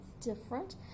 different